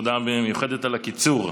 תודה מיוחדת על הקיצור.